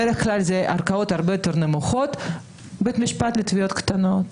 בדרך כלל אלה ערכאות הרבה יותר נמוכות כמו בית משפט לתביעות קטנות,